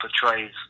portrays